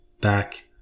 back